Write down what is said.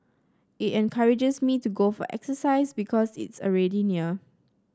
it encourages me to go for exercise because it's already near